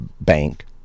bank